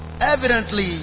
evidently